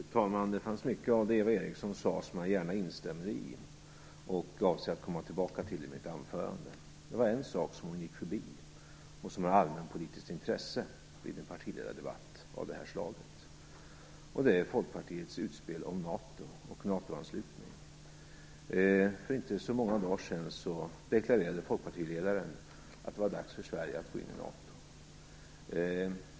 Fru talman! Det fanns mycket i det som Eva Eriksson sade som jag gärna instämmer i, och jag avser att komma tillbaka till det i mitt anförande. Men det var en sak som hon gick förbi och som har allmänpolitiskt intresse vid en partiledardebatt av det här slaget. Det är Folkpartiets utspel om NATO och en NATO-anslutning. För inte så många dagar sedan deklarerade folkpartiledaren att det var dags för Sverige att gå in i NATO.